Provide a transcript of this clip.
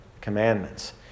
commandments